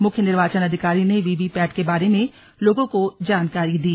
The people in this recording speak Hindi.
मुख्य निर्वाचन अधिकारी ने वीवी पैट के बारे में लोगों को जानकारी दी